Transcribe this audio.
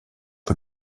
que